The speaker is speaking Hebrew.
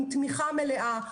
עם תמיכה מלאה.